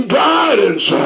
guidance